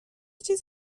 چیز